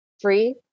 free